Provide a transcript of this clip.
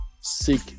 seek